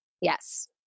Yes